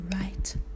right